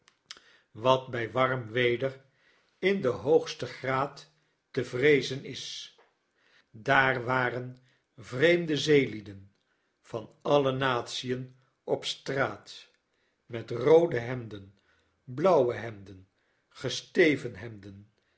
wat bij warm weder in den hoogsten graad te vreezen is daar waren vreemde zeelieden van alle natien op straat met roode hemden blauwe hemden gesteven hemden